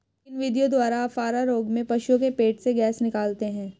किन विधियों द्वारा अफारा रोग में पशुओं के पेट से गैस निकालते हैं?